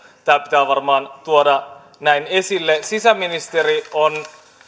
tämä pitää varmaan tuoda näin esille sisäministeri on